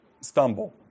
stumble